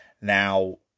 Now